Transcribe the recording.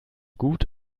gut